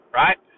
right